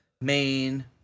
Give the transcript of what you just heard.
main